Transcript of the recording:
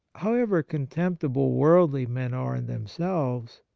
however contemptible worldly men are in themselves,